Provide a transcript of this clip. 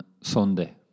Sunday